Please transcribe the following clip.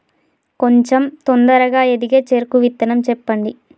కొంచం తొందరగా ఎదిగే చెరుకు విత్తనం చెప్పండి?